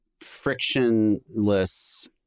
frictionless